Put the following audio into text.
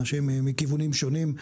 אנשים מכיוונים שונים.